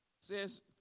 Says